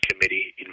Committee